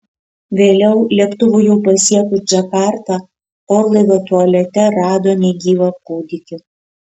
vėliau lėktuvui jau pasiekus džakartą orlaivio tualete rado negyvą kūdikį